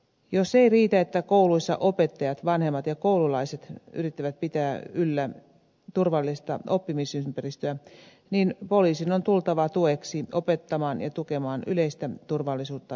jos ei riitä että kouluissa opettajat vanhemmat ja koululaiset yrittävät pitää yllä turvallista oppimisympäristöä niin poliisin on tultava tueksi opettamaan ja tukemaan yleistä turvallisuutta ja yhteiskuntarauhaa